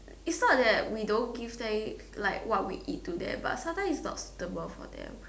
it's not that we don't give they like what we eat to them but sometimes it's not suitable for them